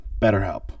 BetterHelp